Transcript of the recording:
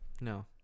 No